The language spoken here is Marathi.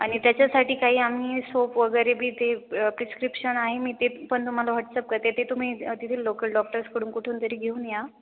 आणि त्याच्यासाठी काही आम्ही सोप वगैरे बी ते प्रिस्क्रि्शन आहे मी ते पण तुम्हाला व्हॉट्सअप करते ते तुम्ही तेथील लोकल डॉक्टर्सकडून कुठून तरी घेऊन या